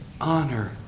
honor